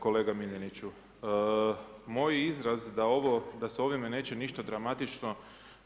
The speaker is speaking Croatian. Kolega Miljeniću, moj izraz da se ovime neće ništa dramatično